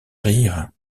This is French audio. rire